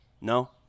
No